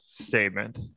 statement